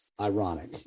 ironic